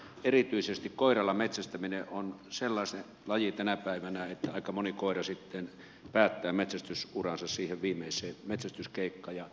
erityisesti koiralla metsästäminen on sellainen laji tänä päivänä että aika moni koira sitten päättää metsästysuransa siihen viimeiseen metsästyskeikkaan